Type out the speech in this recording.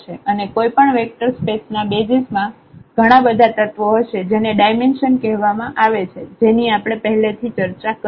અને કોઈપણ vector space ના બેસિઝ માં ઘણા બધા તત્વો હશે જેને ડાયમેન્શન કહેવામાં આવે છે જેની આપણે પહેલેથી જ ચર્ચા કરી